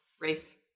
race